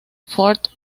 fort